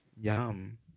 yum